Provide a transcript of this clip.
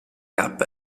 cup